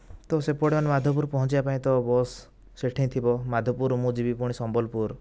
ତ ସେପଟେ ମାନେ ମାଧପୁର ପହଞ୍ଚିବା ପାଇଁ ତ ବସ ସେଇଠି ଥିବ ମାଧପୁର ରୁ ମୁ ଯିବି ପୁଣି ସମ୍ବଲପୁର